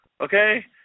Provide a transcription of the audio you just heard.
okay